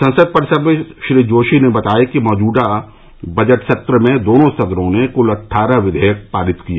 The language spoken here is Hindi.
संसद परिसर में श्री जोशी ने कल बताया कि मौजूदा बजट सत्र में दोनों सदनों ने क्ल अट्ठारह विघेयक पारित किए